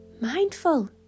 mindful